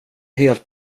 helt